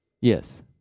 Yes